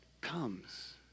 comes